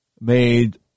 made